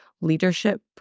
leadership